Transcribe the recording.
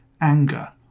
anger